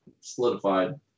solidified